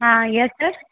હા yes sir